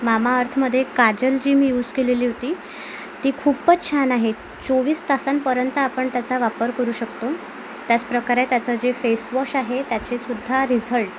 मामाअर्थमध्ये काजल जी मी युस केलेली होती ती खूपच छान आहे चोवीस तासांपर्यंत आपण त्याचा वापर करू शकतो त्याच प्रकारे त्याचं जे फेसवॉश आहे त्याचेसुद्धा रिझल्ट